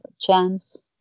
chance